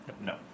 No